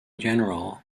general